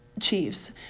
Chiefs